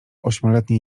ośmioletniej